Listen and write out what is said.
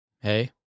Hey